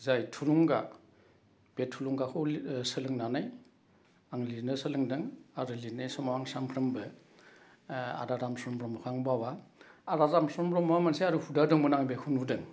जाय थुलुंगा बे थुलुंगाखौ सोलोंनानै आं लिरनो सोलोंदों आरो लिरनाय समाव आं सानफ्रोमबो आदा दामसुं ब्रह्मखौ आं बावा आदा दामसुं ब्रह्मआ मोनसे आरो हुदा दंमोन आं बेखौ नुदों